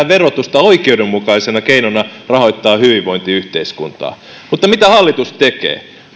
verotusta oikeudenmukaisena keinona rahoittaa hyvinvointiyhteiskuntaa mutta mitä hallitus tekee